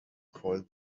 call